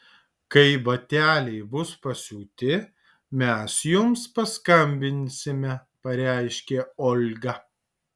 kai bateliai bus pasiūti mes jums paskambinsime pareiškė olga